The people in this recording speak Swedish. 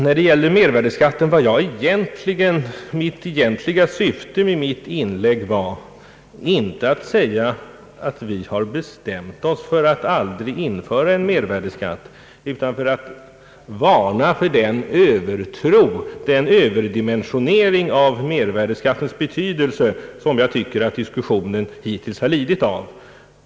När det gäller mervärdeskatten var det egentliga syftet med mitt inlägg inte att göra gällande att vi har bestämt oss för att aldrig införa en sådan skatt utan jag ville varna för den övertro på och den överdimensionering av mervärdeskattens betydelse, som jag tycker att diskussionen hittills har lidit av.